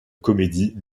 comédie